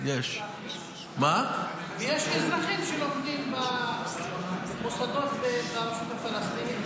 יש אזרחים שלומדים במוסדות ברשות הפלסטינית,